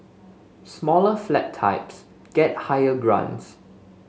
smaller flat types get higher grants